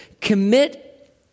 Commit